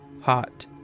hot